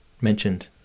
mentioned